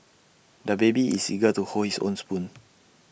the baby is eager to hold his own spoon